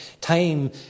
Time